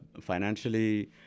financially